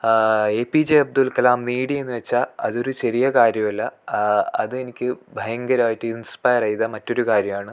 A P J Abdul Kalam നേടിയെന്ന് വെച്ചാൽ അതൊരു ചെറിയ കാര്യം അല്ല അതെനിക്ക് ഭയങ്കരമായിട്ട് ഇൻസ്പയർ ചെയ്ത മറ്റൊരു കാര്യമാണ്